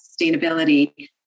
sustainability